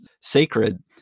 sacred